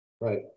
Right